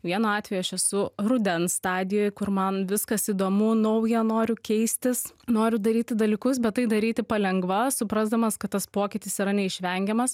vienu atveju aš esu rudens stadijoj kur man viskas įdomu nauja noriu keistis noriu daryti dalykus bet tai daryti palengva suprasdamas kad tas pokytis yra neišvengiamas